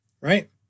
right